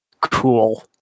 cool